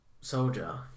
soldier